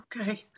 okay